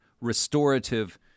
restorative